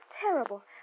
terrible